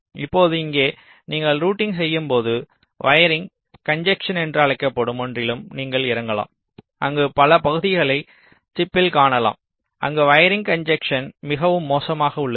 இப்போது இங்கே நீங்கள் ரூட்டிங் செய்யும்போது வயரிங் கன்ஜஸ்ஸென் என்று அழைக்கப்படும் ஒன்றிலும் நீங்கள் இறங்கலாம் அங்கு பல பகுதிகளை சிப்பில் காணலாம் அங்கு வயரிங் கன்ஜஸ்ஸென்ல் மிகவும் மோசமாக உள்ளது